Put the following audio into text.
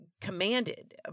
commanded